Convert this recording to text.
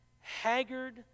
haggard